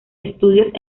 estudios